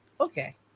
Okay